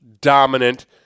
dominant